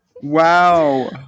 Wow